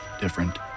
different